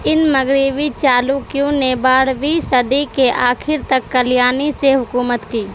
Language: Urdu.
ان مغربی چالوکیوں نے بارہویں صدی کے آخر تک کلیانی سے حکومت کی